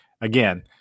Again